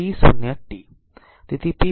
તેથી આ t t0 t